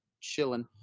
chilling